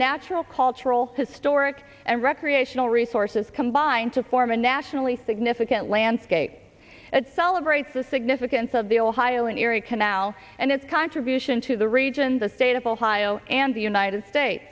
natural call troll historic and recreational resources combine to form a nationally significant landscape it celebrates the significance of the ohio area canal and its contribution to the region the state of ohio and the united states